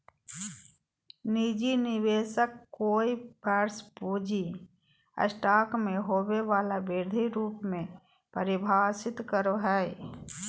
निजी निवेशक कोय वर्ष पूँजी स्टॉक में होबो वला वृद्धि रूप में परिभाषित करो हइ